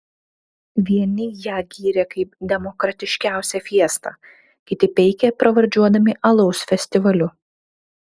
vieni ją gyrė kaip demokratiškiausią fiestą kiti peikė pravardžiuodami alaus festivaliu